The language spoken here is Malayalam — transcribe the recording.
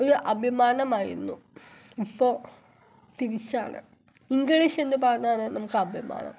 ഒരു അഭിമാനമായിരുന്നു ഇപ്പോൾ തിരിച്ചാണ് ഇംഗ്ലീഷെന്ന് പറയുന്നതാണ് നമുക്കഭിമാനം